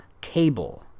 Cable